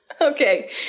Okay